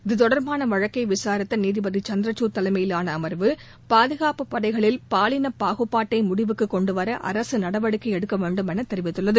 இத்தொடர்பான வழக்கை விசாரித்த நீதிபதி சந்திரசூட் தலைமையிலான அம்வு பாதுகாப்பு படைகளில் பாலின பாகுபாட்டை முடிவுக்கு கொண்டுவர அரசு நடவடிக்கை எடுக்க வேண்டும் என தெரிவித்துள்ளது